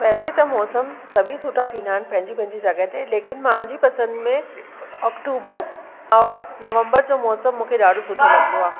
वैसे त मौसम सभी सुठा थींदा आहिनि पंहिंजी पंहिंजी जॻहि ते लेकिन मुंहिंजी पसंदि में अक्टूबर और नवंबर जो मौसम मूंखे ॾाढो सुठो लॻंदो आहे